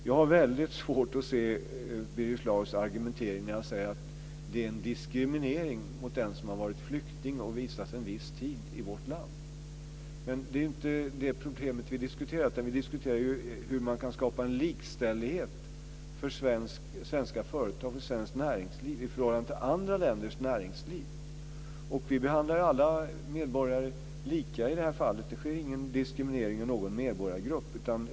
Jag har väldigt svårt att förstå Birger Schlaugs argumentering när han säger att detta är en diskriminering mot den som har varit flykting och vistats en viss tid i vårt land. Det är ju inte det problemet vi diskuterar, utan vi diskuterar hur man kan skapa en likställighet för svenskt näringsliv i förhållande till andra länders näringsliv. Vi behandlar alla medborgare lika i det här fallet. Det sker ingen diskriminering av någon medborgargrupp.